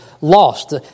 lost